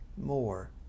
more